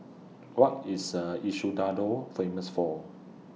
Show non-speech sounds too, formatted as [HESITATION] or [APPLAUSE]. What IS [HESITATION] Ecuador Famous For